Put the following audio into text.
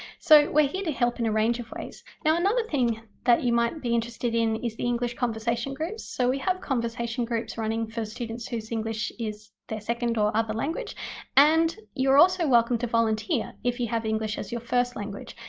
so we're here to help in a range of ways. another thing that you might be interested in is the english conversation groups. so we have conversation groups running for students whose english is their second or other language and you're also welcome to volunteer if you have english as your first language.